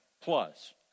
plus